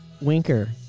Winker